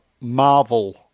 Marvel